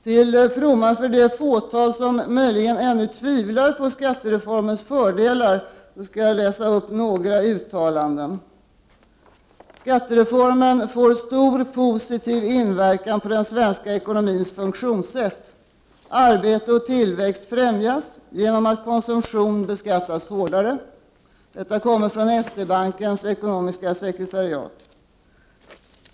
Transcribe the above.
Till fromma för det fåtal som ännu tvivlar på skattereformens fördelar skall jag läsa upp några uttalanden. ”Skattereformen får stor positiv inverkan på den svenska ekonomins funktionssätt. Arbete och tillväxt främjas genom att konsumtion beskattas hårdare.” Detta kommer från S-E-Bankens ekonomiska sekretariat.